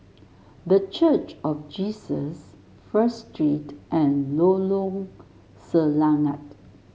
The Church of Jesus First Street and Lorong Selangat